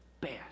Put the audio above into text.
best